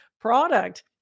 product